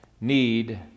need